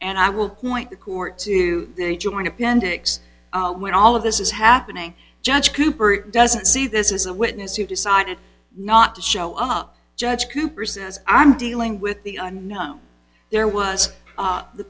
and i will point the court to the joint appendix when all of this is happening judge cooper doesn't see this is a witness who decided not to show up judge cooper says i'm dealing with the unknown there was